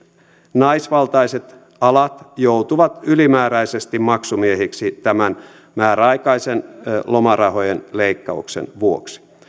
naisvaltaiset alat joutuvat ylimääräisesti maksumiehiksi tämän määräaikaisen lomarahojen leikkauksen vuoksi